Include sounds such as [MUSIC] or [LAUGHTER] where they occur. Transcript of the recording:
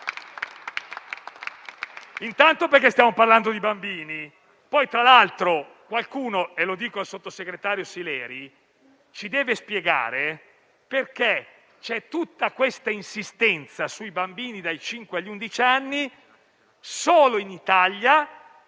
innanzitutto perché stiamo parlando di bambini. [APPLAUSE] Tra l'altro, qualcuno - lo dico al sottosegretario Sileri - ci deve spiegare perché c'è tutta questa insistenza sui bambini dai cinque agli undici anni solo in Italia,